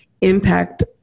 impact